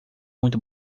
muito